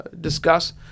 discuss